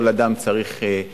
כל אדם צריך להיות